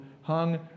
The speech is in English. hung